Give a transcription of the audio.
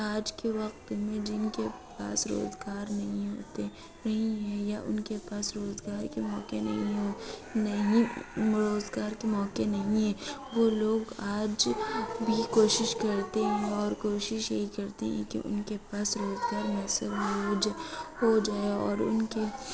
آج کے وقت میں جن کے پاس روزگار نہیں ہوتے نہیں ہیں یا ان کے پاس روزگار کے موقع نہیں ہو نہیں روزگار کے موقع نہیں ہیں وہ لوگ آج بھی کوشش کرتے ہیں اور کوشش یہی کرتے ہیں کہ ان کے پاس روزگار میسر ہو جائے اور ان کے